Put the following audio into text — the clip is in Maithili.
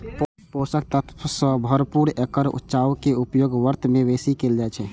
पोषक तत्व सं भरपूर एकर चाउर के उपयोग व्रत मे बेसी कैल जाइ छै